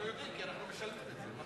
אנחנו יודעים כי אנחנו משלמים את זה.